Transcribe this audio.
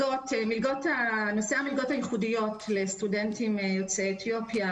נושא המלגות הייחודיות לסטודנטים יוצאי אתיופיה